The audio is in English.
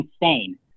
insane